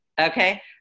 Okay